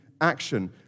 action